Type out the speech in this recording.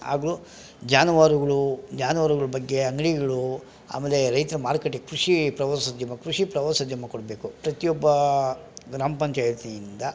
ಆಗಲು ಜಾನುವಾರುಗಳು ಜಾನುವಾರುಗಳ ಬಗ್ಗೆ ಅಂಗಡಿಗಳು ಆಮೇಲೆ ರೈತರ ಮಾರುಕಟ್ಟೆ ಕೃಷಿ ಪ್ರವಾಸೋದ್ಯಮ ಕೃಷಿ ಪ್ರವಾಸೋದ್ಯಮ ಕೊಡಬೇಕು ಪ್ರತಿಯೊಬ್ಬ ಗ್ರಾಮ ಪಂಚಾಯಿತಿಯಿಂದ